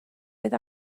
oedd